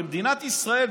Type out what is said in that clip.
במדינת ישראל,